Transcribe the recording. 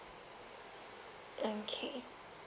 okay